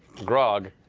grog,